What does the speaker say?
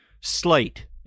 slate